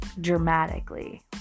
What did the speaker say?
dramatically